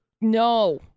no